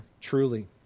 Truly